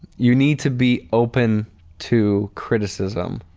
you need to be open to criticism.